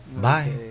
Bye